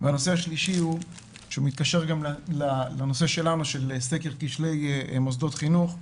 והנושא השלישי שמתקשר גם לנושא שלנו של סקר כשלי מוסדות חינוך,